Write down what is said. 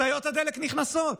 משאיות הדלק נכנסות,